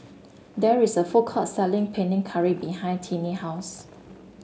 there is a food court selling Panang Curry behind Tinnie house